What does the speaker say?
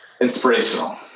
inspirational